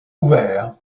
ouvert